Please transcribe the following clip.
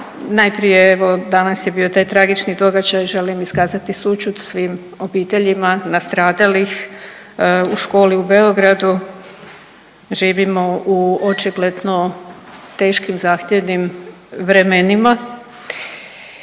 Najprije evo danas je bio taj tragični događaj, želim iskazati sućut svim obiteljima nastradalih u školi u Beogradu. Živimo u očigledno teškim i zahtjevnim vremenima